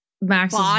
Max's